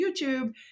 YouTube